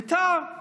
בית"ר.